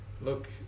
Look